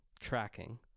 tracking